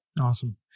Awesome